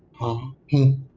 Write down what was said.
oh hey,